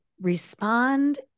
respond